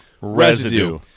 residue